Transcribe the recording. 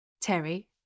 Terry